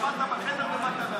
שמעת בחדר ובאת להשיב.